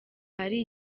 ahari